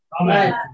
Amen